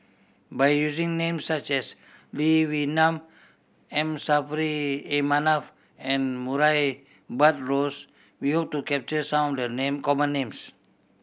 by using names such as Lee Wee Nam M Saffri A Manaf and Murray Buttrose we hope to capture some of the name common names